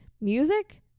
music